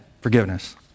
forgiveness